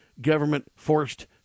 government-forced